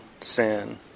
sin